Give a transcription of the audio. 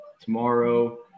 tomorrow